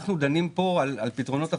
אנחנו דנים פה על פתרונות תחבורה,